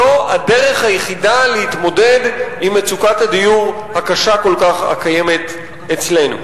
זו הדרך היחידה להתמודד עם מצוקת הדיור הקשה כל כך הקיימת אצלנו.